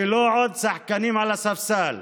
ולא עוד שחקנים על הספסל.